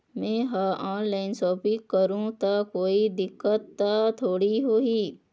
मैं हर online shopping करू ता कोई दिक्कत त थोड़ी होही?